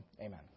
amen